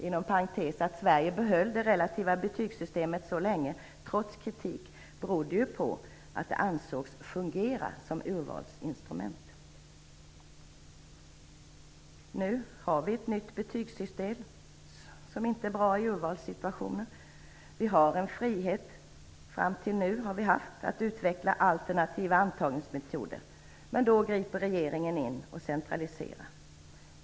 Att Sverige trots kritik behöll det relativa betygssytemet så länge berodde, inom parentes sagt, på att det ansågs fungera som urvalsinstrument. Nu har vi ett nytt betygssystem som inte är bra i urvalssituationen. Vi har fram tills nu haft en frihet att utveckla alternativa antagningsmetoder. Då griper regeringen in och centraliserar.